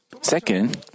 Second